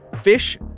fish